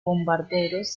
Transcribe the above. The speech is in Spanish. bombarderos